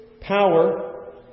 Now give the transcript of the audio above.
power